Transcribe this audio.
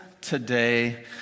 today